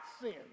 sin